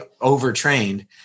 overtrained